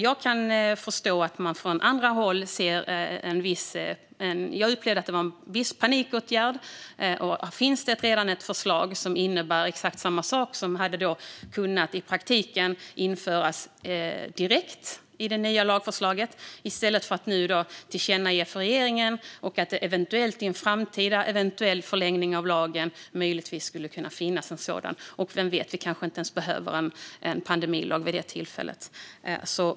Jag upplevde att det hela i viss mån var en panikåtgärd. Det fanns redan ett förslag som innebär exakt samma sak och som i praktiken hade kunnat införas direkt i det nya lagförslaget. I stället vill man nu tillkännage för regeringen att det eventuellt i en framtida eventuell förlängning av lagen möjligtvis skulle kunna finnas en sådan mekanism. Och vem vet - vi kanske inte ens behöver en pandemilag vid det tillfället.